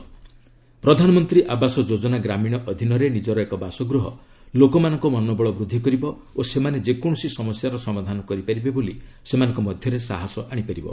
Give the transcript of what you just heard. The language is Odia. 'ପ୍ରଧାନମନ୍ତ୍ରୀ ଆବାସ ଯୋଜନା ଗ୍ରାମୀଣ' ଅଧୀନରେ ନିଜର ଏକ ବାସଗୃହ ଲୋକମାନଙ୍କ ମନୋବଳ ବୃଦ୍ଧି କରିବ ଓ ସେମାନେ ଯେକୌଣସି ସମସ୍ୟାର ସମାଧାନ କରିପାରିବେ ବୋଲି ସେମାନଙ୍କ ମଧ୍ୟରେ ସାହସ ଆଶିପାରିବ